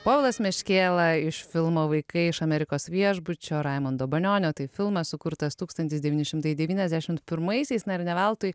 povilas meškėla iš filmo vaikai iš amerikos viešbučio raimundo banionio tai filmas sukurtas tūkstantis devyni šimtai devyniasdešimt pirmaisiais na ir ne veltui